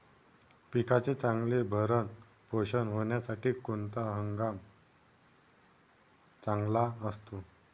पिकाचे चांगले भरण पोषण होण्यासाठी कोणता हंगाम चांगला असतो?